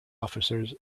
officers